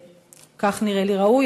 כך נראה לי ראוי.